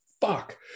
fuck